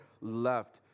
left